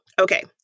Okay